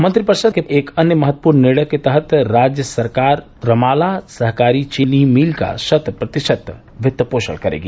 मंत्रिपरिषद के एक अन्य महत्वपूर्ण निर्णय के तहत राज्य सरकार रमाला सहकारी चीनी मिल का शत प्रतिशत वित्त पोषण करेगी